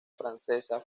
francesa